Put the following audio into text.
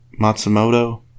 Matsumoto